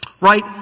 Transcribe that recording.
right